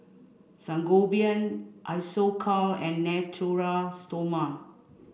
Sangobion Isocal and Natura Stoma